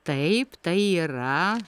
taip tai yra